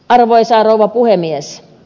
arvoisa rouva puhemies